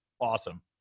awesome